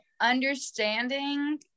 understanding